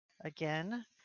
again